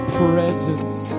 presence